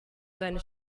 seine